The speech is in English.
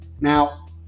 now